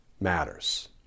matters